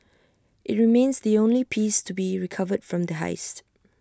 IT remains the only piece to be recovered from the heist